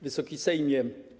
Wysoki Sejmie!